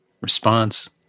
response